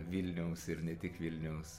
vilniaus ir ne tik vilniaus